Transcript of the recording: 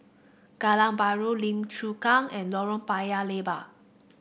Geylang Bahru Lim Chu Kang and Lorong Paya Lebar